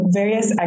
various